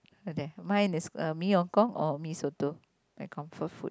okay mine is Mee Hong-Kong or mee-soto my comfort food